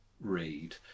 read